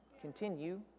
continue